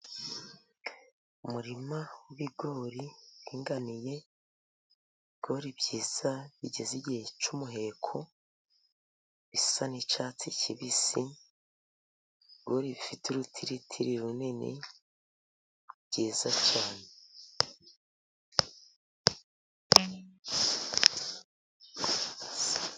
Umurima w'ibigori uringaniye ibigori byiza bigeze igihe cy'umuheko, bisa n'icyatsi kibisi bifite urutiritiri runini byiza cyane.